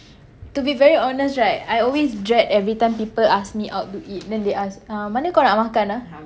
to be very honest right I always dread everytime people ask me out to eat then they ask uh mana kau nak makan ah